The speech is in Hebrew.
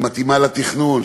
שמתאימה לתכנון,